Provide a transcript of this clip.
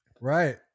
right